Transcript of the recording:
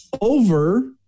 over